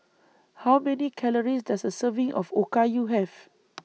How Many Calories Does A Serving of Okayu Have